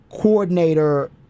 coordinator